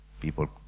People